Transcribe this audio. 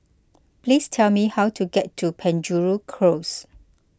please tell me how to get to Penjuru Close